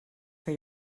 for